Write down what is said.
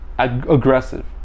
Aggressive